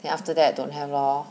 then after that don't have lor